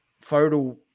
photo